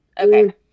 Okay